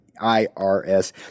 IRS